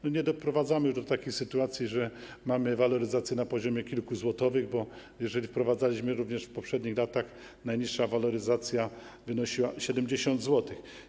Nie doprowadzamy do takich sytuacji, że mamy waloryzację na poziomie kilkuzłotowym, bo jeżeli wprowadzaliśmy ją również w poprzednich latach, to najniższa waloryzacja wynosiła 70 zł.